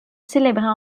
célébrait